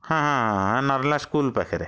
ହଁ ହଁ ହଁ ନର୍ଲା ସ୍କୁଲ୍ ପାଖରେ